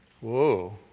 Whoa